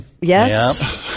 Yes